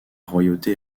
royauté